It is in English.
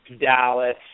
Dallas